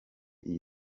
iyi